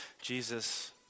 Jesus